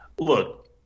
Look